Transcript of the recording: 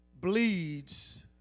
bleeds